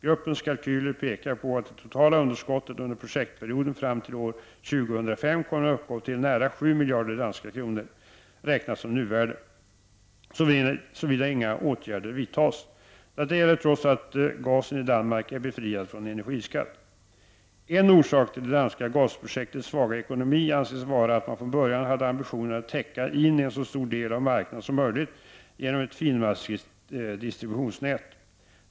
Gruppens kalkyler pekar på att det totala underskottet under projektperioden fram till år 2005 kommer att uppgå till nära 7 miljarder danska kronor, räknat som nuvärde, såvida inga åtgärder vidtas. Detta gäller trots att gasen i Danmark är befriad från energiskatt. En orsak till det danska gasprojektets svaga ekonomi anses vara att man från början hade ambitionen att täcka in en så stor del av marknaden som möjligt genom ett finmaskigt distributionsnät.